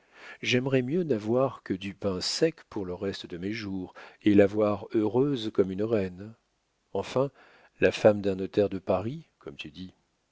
j'aimerais mieux n'avoir que du pain sec pour le reste de mes jours et la voir heureuse comme une reine enfin la femme d'un notaire de paris comme tu dis